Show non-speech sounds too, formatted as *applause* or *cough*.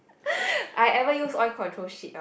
*laughs* I ever use oil control sheet hor